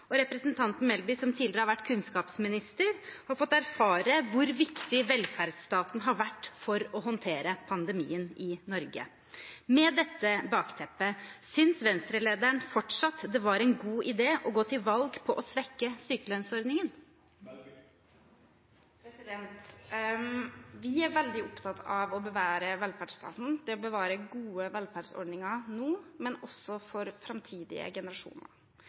pandemihåndtering. Representanten Melby, som tidligere har vært kunnskapsminister, har fått erfare hvor viktig velferdsstaten har vært for å håndtere pandemien i Norge. Med dette bakteppet, syns Venstre-lederen fortsatt det var en god idé å gå til valg på å svekke sykelønnsordningen? Vi er veldig opptatt av å bevare velferdsstaten, å bevare gode velferdsordninger nå, men også for framtidige generasjoner.